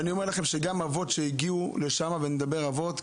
ואני אומר שגם אבות שהגיעו לשם אני אומר אבות,